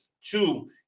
Two